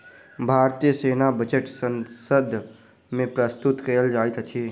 भारतीय सेना बजट संसद मे प्रस्तुत कयल जाइत अछि